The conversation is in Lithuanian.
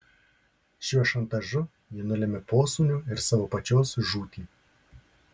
šiuo šantažu ji nulemia posūnio ir savo pačios žūtį